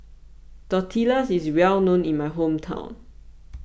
Tortillas is well known in my hometown